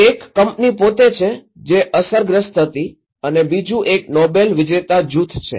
એક કંપની પોતે છે જે અસરગ્રસ્ત હતી અને બીજું એક નોબેલ વિજેતા જૂથ છે